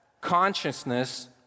consciousness